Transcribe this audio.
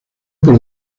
por